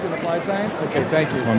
applied science. okay, thank you. one